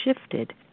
shifted